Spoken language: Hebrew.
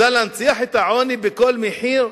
רוצה להנציח את העוני בכל מחיר?